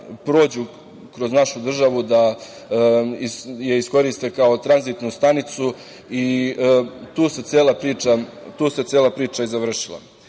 prođu kroz našu državu, da je iskoriste kao tranzitnu stanicu i tu se cela priča i završila. Da